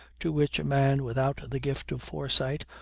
to which a man without the gift of foresight,